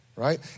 Right